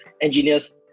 engineers